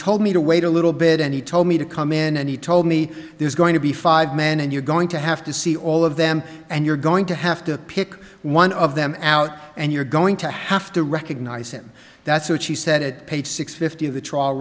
told me to wait a little bit and he told me to come in and he told me there's going to be five men and you're going to have to see all of them and you're going to have to pick one of them out and you're going to have to recognize him that's what she said it paid six fifty